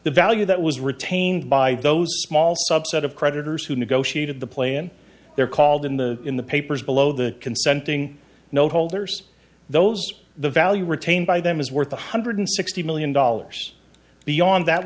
the value that was retained by those small subset of creditors who negotiated the plane they're called in the in the papers below the consenting note holders those the value retained by them is worth one hundred sixty million dollars beyond that